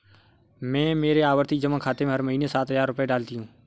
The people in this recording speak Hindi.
मैं मेरे आवर्ती जमा खाते में हर महीने सात हजार रुपए डालती हूँ